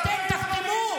איך לך בושה?